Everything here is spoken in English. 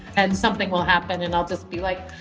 and something will happen and i'll just be like,